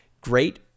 great